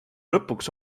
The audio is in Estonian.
lõpuks